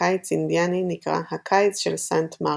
"קיץ אינדיאני" נקרא "הקיץ של סנט מרטין",